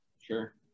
sure